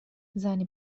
زنی